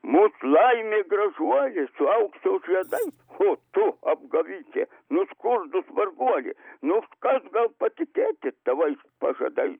mūs laimei gražuolis su aukso žiedais o tu apgavikė nuskurdus varguoli nors kas gal patikėkit tavais pažadais